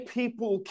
people